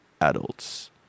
adults